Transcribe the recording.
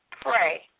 pray